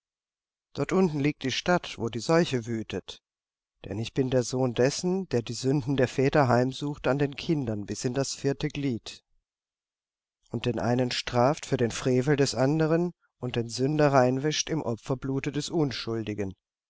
dort unten liegt die stadt wo die seuche wütet denn ich bin der sohn dessen der die sünden der väter heimsucht an den rindern bis in das vierte glied und den einen straft für den frevel des anderen und den sünder reinwäscht im opferblute des unschuldigen